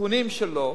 התיקונים שלו,